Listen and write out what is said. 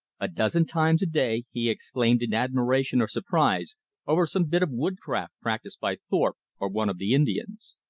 a dozen times a day he exclaimed in admiration or surprise over some bit of woodcraft practiced by thorpe or one of the indians.